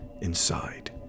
inside